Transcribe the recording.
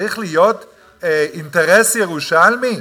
אני אומר דבר כזה: דבר כמו "הדסה" היה צריך להיות אינטרס ירושלמי?